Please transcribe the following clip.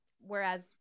whereas